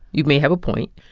you may have a point.